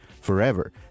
forever